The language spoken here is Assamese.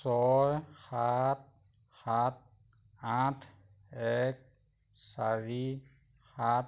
ছয় সাত সাত আঠ এক চাৰি সাত